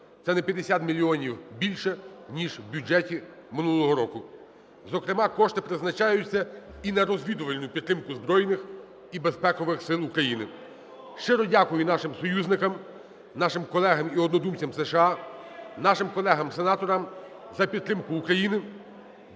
Це на 50 мільйонів більше, ніж в бюджеті минулого року. Зокрема кошти призначаються і на розвідувальну підтримку збройних і безпекових сил України. Щиро дякую нашим союзникам, нашим колегам і однодумцям у США, нашим колегам сенаторам за підтримку України.